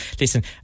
listen